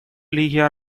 лиги